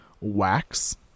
wax